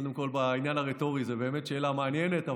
בעניין הרטורי זו באמת שאלה מעניינת,